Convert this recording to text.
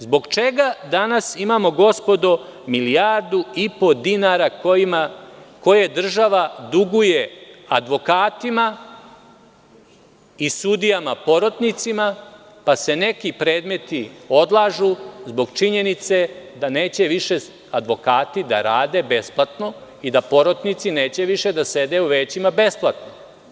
Zbog čega danas imamo, gospodo, milijardu i po dinara koje država duguje advokatima i sudijama porotnicima pa se neki predmeti odlažu zbog činjenice da neće više advokati da rade besplatno i da porotnici neće više da sede u većima besplatno?